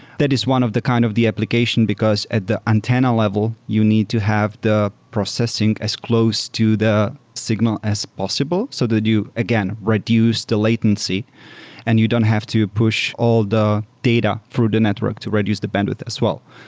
that is one of the kind of the application because at the antenna level, you need to have the processing as close to the signal as possible so that you, again, reduce the latency and you don't have to push all the data through the network to reduce the bandwidth as well.